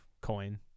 coin